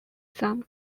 some